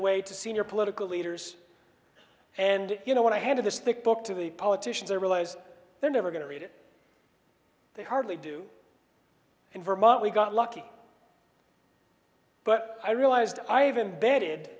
a way to senior political leaders and you know when i handed this thick book to the politicians or realize they're never going to read it they hardly do in vermont we got lucky but i realized i have embed